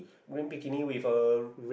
green bikini with a